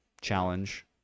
challenge